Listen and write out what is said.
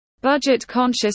Budget-conscious